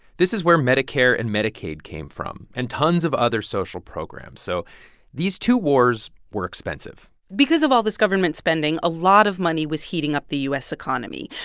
this is where medicare and medicaid came from, and tons of other social programs. so these two wars were expensive because of all this government spending, a lot of money was heating up the u s. economy.